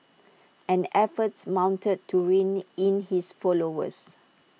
and efforts mounted to rein in his followers